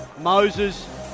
Moses